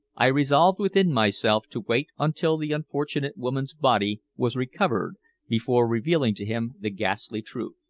i resolved within myself to wait until the unfortunate woman's body was recovered before revealing to him the ghastly truth.